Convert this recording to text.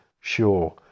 sure